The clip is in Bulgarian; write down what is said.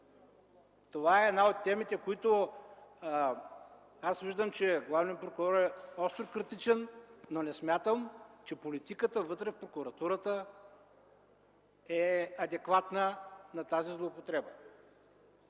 Това е една от темите. Виждам, че главният прокурор е остро критичен, но не смятам, че политиката вътре в прокуратурата е адекватна на тази злоупотреба.